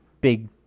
big